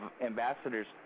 ambassadors